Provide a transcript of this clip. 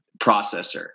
processor